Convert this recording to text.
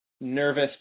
nervous